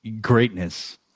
greatness